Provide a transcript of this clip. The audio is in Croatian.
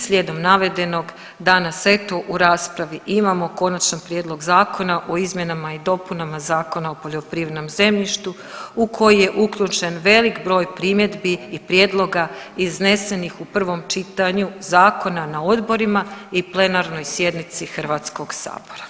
I slijedom navedenog danas eto u raspravi imamo konačan prijedlog zakona o izmjenama i dopunama Zakona o poljoprivrednom zemljištu u koji je uključen velik broj primjedbi i prijedloga iznesenih u prvom čitanju zakona na odborima i plenarnoj sjednici Hrvatskog sabora.